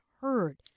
heard